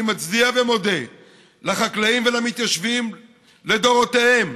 אני מצדיע ומודה לחקלאים ולמתיישבים לדורותיהם.